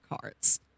cards